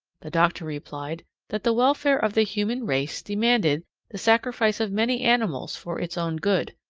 the doctor replied that the welfare of the human race demanded the sacrifice of many animals for its own good,